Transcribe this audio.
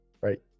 right